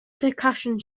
percussion